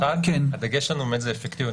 הדגש שלנו זה אפקטיביות.